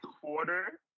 quarter